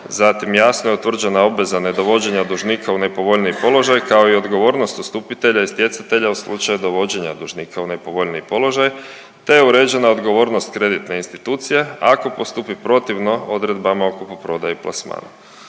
zatim jasno je utvrđena obveza nedovođenja dužnika u nepovoljniji položaj kao i odgovornost ustupitelja i stjecatelja u slučaj dovođenja dužnika u nepovoljniji položaj te je uređena odgovornost kreditne institucije ako postupi protivno odredbama o kupoprodaji plasmana.